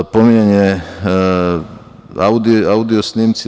Pominjanje audio-snimaka.